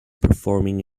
performing